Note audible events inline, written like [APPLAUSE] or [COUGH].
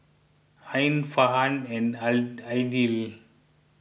Ain Farhan and [UNINTELLIGIBLE] Aidil